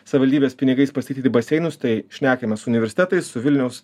savivaldybės pinigais pastatyti baseinus tai šnekamės universitetais su vilniaus